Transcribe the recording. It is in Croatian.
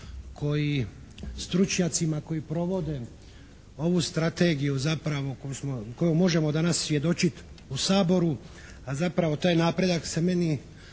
koji stručnjacima koji provode ovu strategiju, zapravo koju možemo danas svjedočiti u Saboru, a zapravo taj napredak se meni